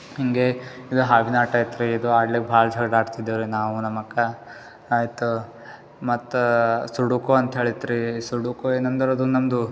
ಹಿಂಗೆ ಇದು ಹಾವಿನಾಟ ಇತ್ತು ರೀ ಇದು ಆಡಲಿಕ್ಕೆ ಭಾಳ ಜಗಳಾಡ್ತಿದ್ದೆವು ರೀ ನಾವು ನಮ್ಮ ಅಕ್ಕ ಆಯ್ತು ಮತ್ತೆ ಸುಡುಕು ಅಂಥೇಳಿತ್ತು ರೀ ಸುಡುಕು ಏನಂದ್ರೆ ಅದು ನಮ್ದು